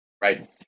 right